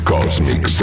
Cosmic